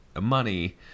money –